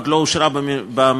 עוד לא אושרה בממשלה,